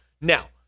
Now